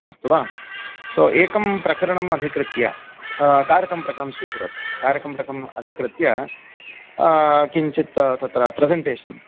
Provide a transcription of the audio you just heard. अस्तु वा सो एकं प्रकरणम् अधिकृत्य कारकं प्रकरणं स्वीकरोतु कारकं प्रकरणम् अधिकृत्य किञ्चित् तत्र प्रेसेण्टेशन्